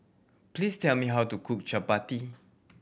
please tell me how to cook Chapati